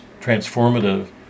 transformative